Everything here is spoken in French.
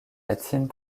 latines